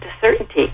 certainty